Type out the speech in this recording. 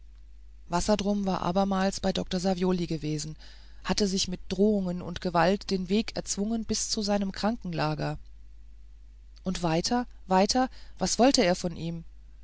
ich wassertrum war abermals bei dr savioli gewesen hatte sich mit drohungen und gewalt den weg erzwungen bis zu seinem krankenlager und weiter weiter was wollte er von ihm